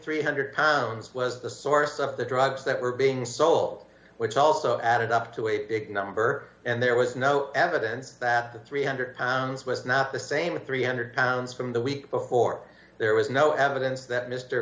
three hundred pounds was the source of the drugs that were being sold which also added up to a big number and there was no evidence that the three hundred pounds was not the same three hundred pounds from the week before there was no evidence that mr